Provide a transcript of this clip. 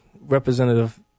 Representative